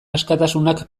askatasunak